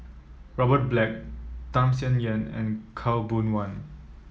Robert Black Tham Sien Yen and Khaw Boon Wan